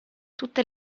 tutte